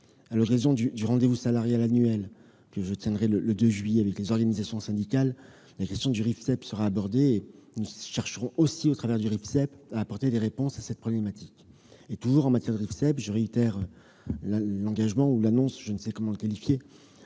À l'occasion du rendez-vous salarial annuel que je tiendrai le 2 juillet avec les organisations syndicales, la question du Rifseep sera abordée, et nous chercherons, au travers de ce dispositif, à apporter des réponses à cette problématique. Toujours en matière de Rifseep, je réitère l'engagement- ou l'annonce, je ne sais quel terme employer